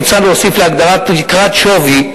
מוצע להוסיף להגדרה "תקרת שווי"